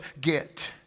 get